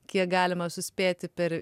kiek galima suspėti per